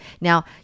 Now